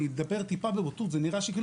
אני מדבר טיפה בבוטות זה נראה שכאילו